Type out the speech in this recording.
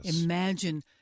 Imagine